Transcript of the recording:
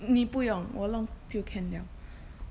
你不用我弄就 can [liao]